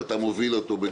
זה נושא שאתה מוביל בגאון,